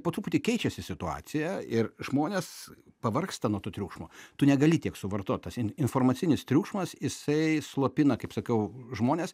po truputį keičiasi situacija ir žmonės pavargsta nuo to triukšmo tu negali tiek suvartot tas informacinis triukšmas jisai slopina kaip sakiau žmones